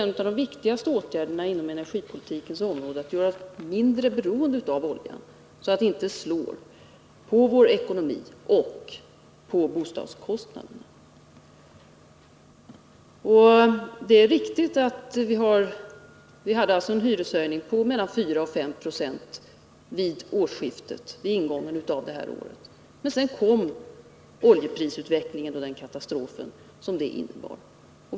En av de viktigaste åtgärderna inom energipolitiken är att göra oss mindre beroende av oljan så att inte oljepriserna slår så hårt på ekonomin och på bostadskostnaderna. Vi hade en hyreshöjning på 4-5 96 vid årsskiftet. Men sedan kom oljeprisutvecklingen och den katastrof som den innebar.